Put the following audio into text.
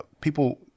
people